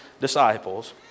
disciples